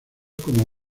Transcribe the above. como